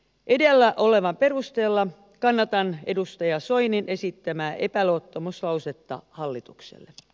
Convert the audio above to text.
edellä olevan perusteella kannatan edustaja soinin esittämää epäluottamuslausetta hallitukselle